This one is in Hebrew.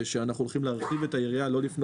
שאנחנו הולכים להרחיב את היריעה בפנייה